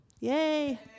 Yay